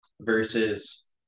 versus